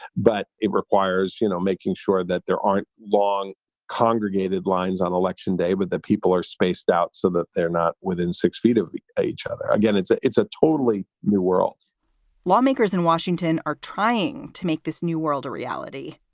but it requires, you know, making sure that there aren't long congregated lines on election day with the people are spaced out so that they're not within six feet of each other. again, it's ah it's a totally new world lawmakers in washington are trying to make this new world a reality.